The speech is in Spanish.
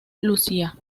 lucia